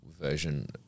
version